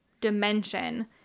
dimension